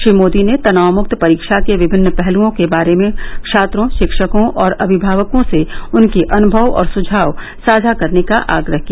श्री मोदी ने तनावमुक्त परीक्षा के विभिन्न पहलुओं के बारे में छात्रों शिक्षकों और अभिभावकों से उनके अनुभव और सुझाव साझा करने का आग्रह किया